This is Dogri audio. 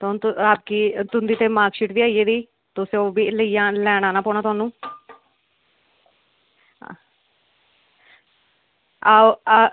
तुंदी ते मार्क्स शीट बी आई गेदी तुसोें ओह् बी लैन आनां पौनां तोहानूं आओ